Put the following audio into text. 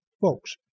folks